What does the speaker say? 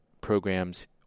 programs